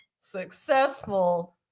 successful